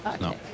No